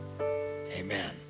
amen